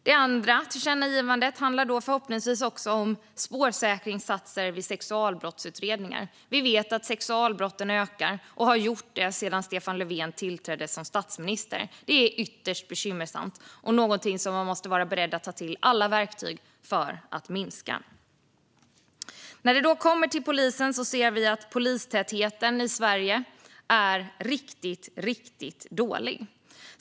Det andra tillkännagivandet handlar om spårsäkring vid sexualbrottsutredningar. Vi vet att sexualbrotten ökar och har gjort det sedan Stefan Löfven tillträdde som statsminister. Det är ytterst bekymmersamt och någonting som man måste vara beredd att ta till alla verktyg för att minska. När det gäller polisen ser vi att polistätheten i Sverige är riktigt dålig.